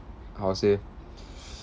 how to say